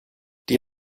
die